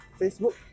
Facebook